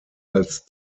als